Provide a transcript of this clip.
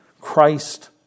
Christ